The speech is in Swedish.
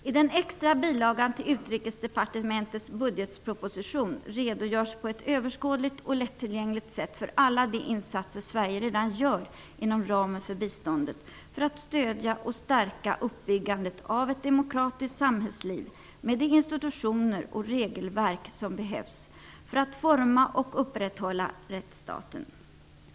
I den extra bilagan till Utrikesdepartementets avsnitt av budgetpropositionen redogörs på ett överskådligt och lättillgängligt sätt för alla de insatser som Sverige redan gör inom ramen för biståndet -- för att stödja och stärka uppbyggandet av ett demokratiskt samhällsliv med de institutioner och regelverk som behövs och för att forma och upprätthålla rättsstaten.